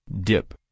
Dip